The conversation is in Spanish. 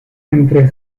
entre